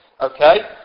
Okay